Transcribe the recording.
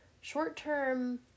Short-term